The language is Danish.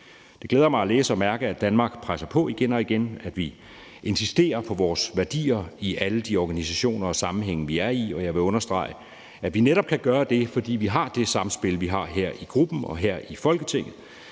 Det glæder mig at læse og mærke, at Danmark presser på igen og igen, og at vi insisterer på vores værdier i alle de organisationer og sammenhænge, vi er i. Og jeg vil understrege, at vi netop kan gøre det, fordi vi har det samspil, vi har her i gruppen og her i Folketinget,